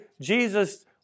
Jesus